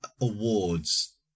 awards